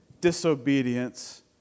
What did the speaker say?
disobedience